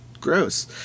gross